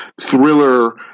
thriller